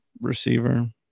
receiver